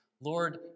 Lord